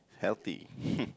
healthy